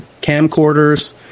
camcorders